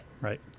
Right